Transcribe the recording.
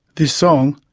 this song,